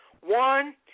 one